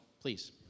please